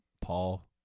Paul